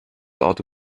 auto